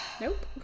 Nope